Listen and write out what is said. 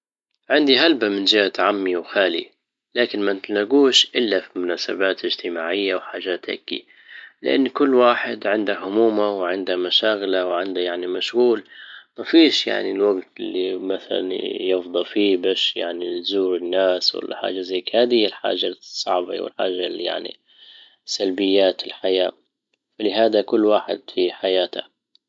عندي هلبة من جهة عمي وخالي لكن ما نتلاقوش الا في مناسبات اجتماعية وحاجات هيكى لان كل واحد عنده همومه وعنده مشاغله وعنده يعني مشغول ما فيش يعني الوقت اللي مثلا يفضى فيه باش يعني يزور الناس ولا حاجة زي هيك هذى هى الحاجة الصعبة والحاجة اللي يعني سلبيات الحياة ولهذا كل واحد في حياته